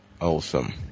Awesome